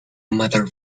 matter